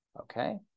Okay